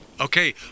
Okay